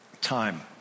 time